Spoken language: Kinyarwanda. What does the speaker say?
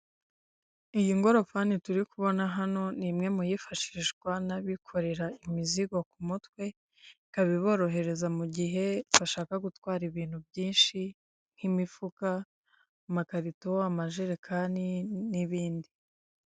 Imitako ya kinyarwanda yo mu bwoko bw'intango imanitse iri mu mabara atandukanye y'umweru n'umukara, umuhondo, icyatsi kaki, ubururu, orange.